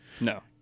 No